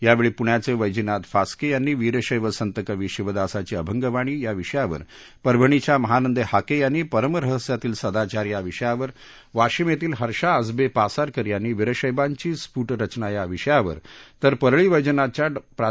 यावेळी प्ण्याचे वैजीनाथ फास्के यांनी वीरशैव संतकवी शिवदासांची अभंगवाणी या विषयावर परभणीच्या महानंदा हाके यांनी परमरहस्यातील सदाचार या विषयावर वाशिम येथील हर्षा अजबे पसारकर यांनी वीरशैवांची स्फुट रचना या विषयावर तर परळी वैद्यनाथच्या प्रा